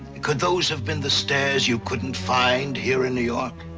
could those have been the stairs you couldn't find here in new york?